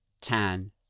Tan